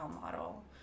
model